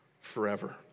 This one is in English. forever